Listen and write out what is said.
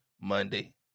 Monday